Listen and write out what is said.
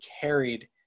carried